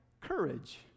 courage